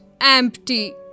empty